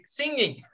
singing